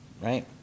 right